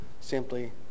simply